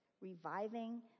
reviving